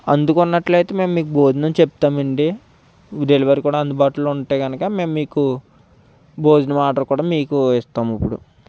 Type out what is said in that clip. అందుకున్నట్లయితే మేము మీకు భోజనం చెప్తామండి డెలివరీ కూడా అందుబాటులో ఉంటే కనుగ మేము మీకు భోజనం ఆర్డర్ కూడా మీకు ఇస్తాం ఇప్పుడు